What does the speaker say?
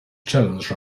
challenge